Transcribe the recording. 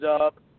up